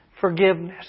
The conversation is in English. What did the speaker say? Forgiveness